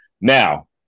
Now